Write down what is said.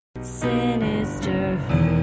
Sinister